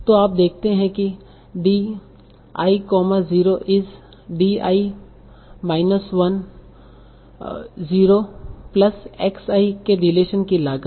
तो आप देखते हैं D i 0 Di0 is D i minus 1 0 Di 10 plus x i के डिलीशन कि लागत